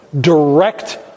direct